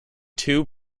two